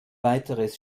weiteres